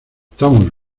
estamos